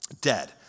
Dead